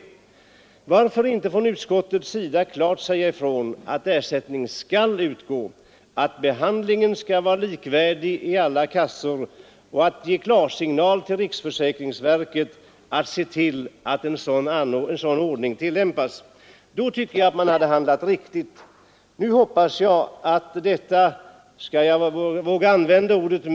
Men varför säger utskottet inte klart ifrån att ersättning skall utgå och att behandlingen av dessa ärenden skall vara likartad i alla kassor och ger riksförsäkringsverket klarsignal att se till att en sådan här ordning tillämpas? Då tycker jag att utskottet hade handlat riktigt. Nu hoppas jag att detta — skall jag våga använda ordet?